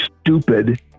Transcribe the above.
stupid